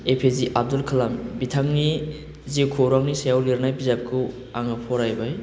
APJ Abdul Kalam बिथांनि जिउ खौरांनि सायाव लिरनाय बिजाबखौ आङो फरायबाय